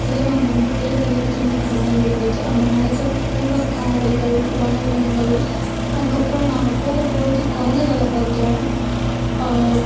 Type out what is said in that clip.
ஏதோ நாங்கள் ரொம்ப பெரிய உயரத்தில் இருக்கிற மாதிரி இருந்தது அந்த மலைகள் பூரா காடுகள் வனவிலங்குகள் அதுக்கப்புறம் நாங்கள் போகும்போது குரங்குகளை பார்த்தோம்